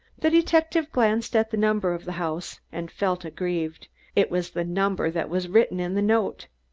the detective glanced at the number of the house, and felt aggrieved it was the number that was written in the note!